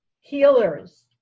healers